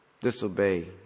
Disobey